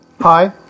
Hi